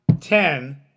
ten